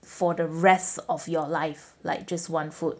for the rest of your life like just one food